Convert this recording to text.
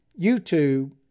YouTube